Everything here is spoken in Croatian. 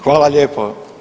Hvala lijepo.